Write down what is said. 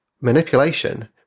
manipulation